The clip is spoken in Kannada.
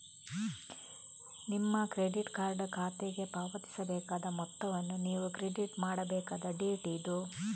ನಿಮ್ಮ ಕ್ರೆಡಿಟ್ ಕಾರ್ಡ್ ಖಾತೆಗೆ ಪಾವತಿಸಬೇಕಾದ ಮೊತ್ತವನ್ನು ನೀವು ಕ್ರೆಡಿಟ್ ಮಾಡಬೇಕಾದ ಡೇಟ್ ಇದು